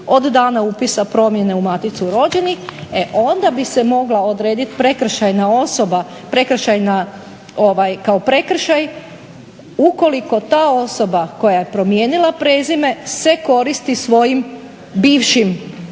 od dana upisa promjene u Maticu rođenih, e onda bi se mogla odredit kao prekršaj ukoliko ta osoba koja je promijenila prezime se koristi svojim bivšim